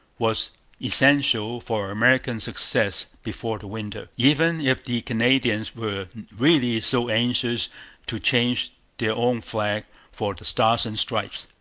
was essential for american success before the winter, even if the canadians were really so anxious to change their own flag for the stars and stripes.